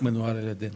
מנוהל על ידנו.